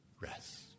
rest